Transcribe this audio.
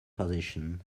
position